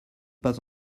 pas